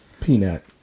Peanut